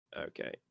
Okay